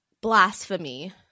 Blasphemy